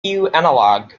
analogue